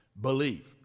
believe